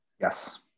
Yes